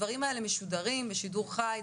הדברים האלה משודרים בשידור חי,